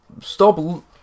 Stop